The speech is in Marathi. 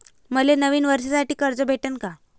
मले नवीन वर्षासाठी कर्ज भेटन का?